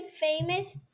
famous